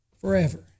forever